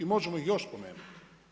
Možemo ih još spomenuti.